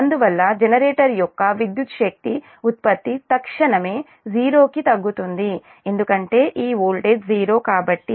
అందువల్ల జెనరేటర్ యొక్క విద్యుత్ శక్తి ఉత్పత్తి తక్షణమే 0 కి తగ్గుతుంది ఎందుకంటే ఈ వోల్టేజ్ 0 కాబట్టి